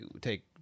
take